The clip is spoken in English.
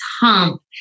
hump